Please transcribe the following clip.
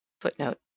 Footnote